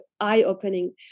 eye-opening